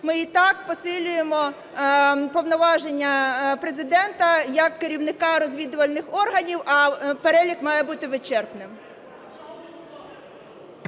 ми і так посилюємо повноваження Президента, як керівника розвідувальних органів, а перелік має бути вичерпним.